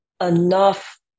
enough